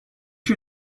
you